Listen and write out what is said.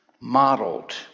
modeled